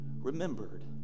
remembered